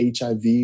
HIV